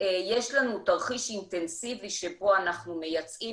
יש לנו תרחיש אינטנסיבי שבו אנחנו מייצאים